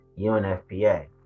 UNFPA